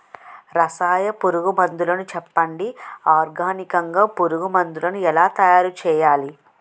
రసాయన పురుగు మందులు చెప్పండి? ఆర్గనికంగ పురుగు మందులను ఎలా తయారు చేయాలి?